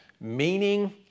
Meaning